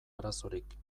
arazorik